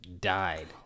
died